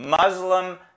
Muslim